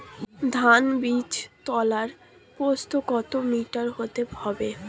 ধান বীজতলার প্রস্থ কত মিটার হতে হবে?